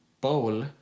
bowl